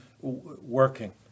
working